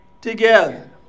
together